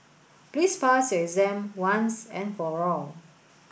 please pass your exam once and for all